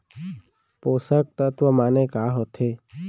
पोसक तत्व माने का होथे?